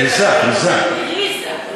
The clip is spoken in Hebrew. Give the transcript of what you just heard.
בריזה, בריזה.